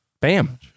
bam